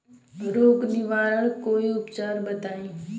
रोग निवारन कोई उपचार बताई?